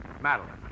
Madeline